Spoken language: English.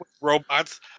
robots